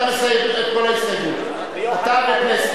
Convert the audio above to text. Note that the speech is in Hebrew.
אתה מסיר את כל ההסתייגויות, אתה ופלסנר.